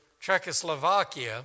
Czechoslovakia